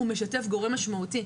הוא משתף גורם משמעותי.